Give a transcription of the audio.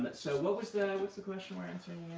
but so what was the was the question we're answering